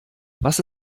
was